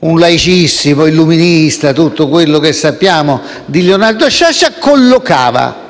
il laicissimo, illuminista (e tutto quello che sappiamo di lui), Leonardo Sciascia collocava